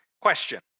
Question